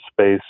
space